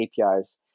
APIs